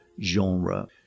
genre